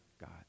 God